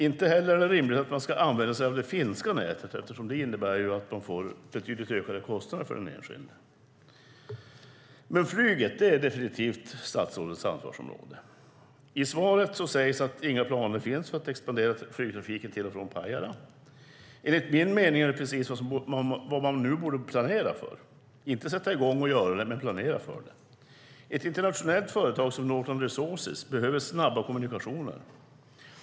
Inte heller är det rimligt att man ska använda sig av det finska nätet, eftersom det innebär att det blir betydligt ökade kostnader för den enskilde. Men flyget är definitivt statsrådets ansvarsområde. I svaret sägs att inga planer finns för att expandera flygtrafiken till och från Pajala. Enligt min mening är det precis vad man nu borde planera för - inte sätta i gång med, men planera för. Ett internationellt företag som Northland Resources behöver snabba kommunikationer.